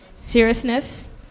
seriousness